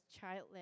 childless